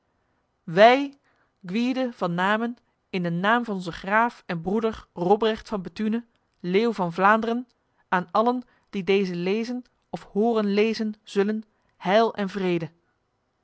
wij gwyde van namen in de naam van onze graaf en broeder robrecht van bethune leeuw van vlaanderen aan allen die deze lezen of horen lezen zullen heil en vrede